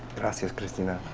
but sort of cristina,